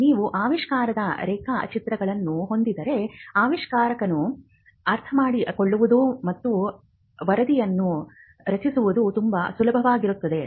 ನೀವು ಆವಿಷ್ಕಾರದ ರೇಖಾಚಿತ್ರಗಳನ್ನು ಹೊಂದಿದ್ದರೆ ಆವಿಷ್ಕಾರವನ್ನು ಅರ್ಥಮಾಡಿಕೊಳ್ಳುವುದು ಮತ್ತು ವರದಿಯನ್ನು ರಚಿಸುವುದು ತುಂಬಾ ಸುಲಭವಾಗುತ್ತದೆ